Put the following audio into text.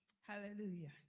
Hallelujah